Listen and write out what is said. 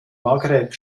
maghreb